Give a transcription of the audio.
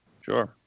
Sure